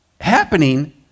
happening